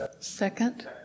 second